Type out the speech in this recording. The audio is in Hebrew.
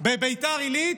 בביתר עילית,